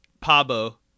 Pabo